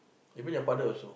you mean your father also